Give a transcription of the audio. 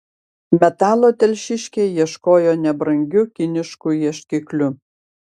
metalo telšiškiai ieškojo nebrangiu kinišku ieškikliu